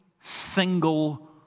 single